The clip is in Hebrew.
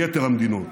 מיתר המדינות.